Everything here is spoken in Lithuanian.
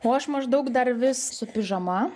o aš maždaug dar vis su pižama